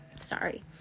Sorry